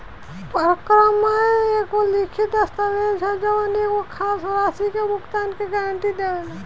परक्रमय एगो लिखित दस्तावेज ह जवन एगो खास राशि के भुगतान के गारंटी देवेला